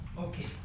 Okay